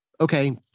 Okay